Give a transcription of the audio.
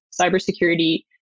cybersecurity